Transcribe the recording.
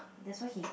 that's why he